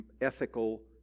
ethical